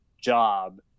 job